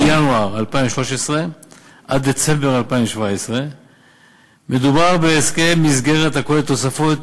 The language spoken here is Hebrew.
מינואר 2013 עד דצמבר 2017. מדובר בהסכם מסגרת הכולל תוספות